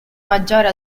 maggiore